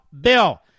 bill